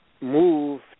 move